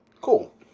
cool